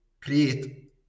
create